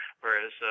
whereas